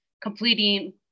completing